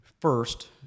First